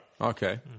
Okay